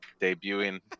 debuting